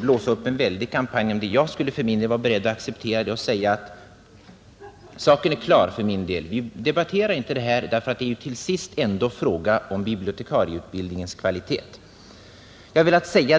blåsa upp en väldig kampanj om det. Jag skulle vara beredd att acceptera det och säga att saken är klar för min del. Det är till sist ändå fråga om bibliotekarieutbildningens kvalitet, inte om propositionens.